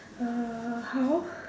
uh how